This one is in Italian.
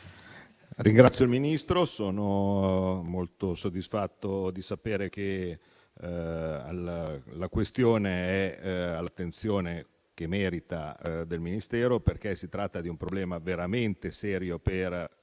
ringrazio il signor Ministro. Sono molto soddisfatto di sapere che la questione è all'attenzione che merita da parte del Ministero, perché si tratta di un problema veramente serio per